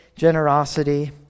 generosity